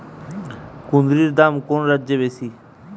কুঁদরীর দাম কোন রাজ্যে বেশি?